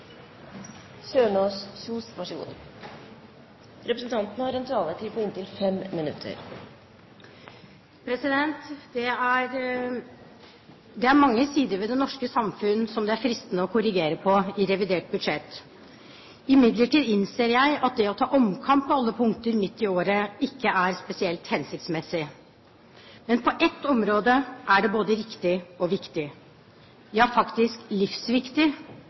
mange sider ved det norske samfunnet som det er fristende å korrigere i revidert budsjett. Imidlertid innser jeg at det å ta omkamp på alle punkter midt i året ikke er spesielt hensiktsmessig. Men på ett område er det både riktig og viktig – ja, faktisk livsviktig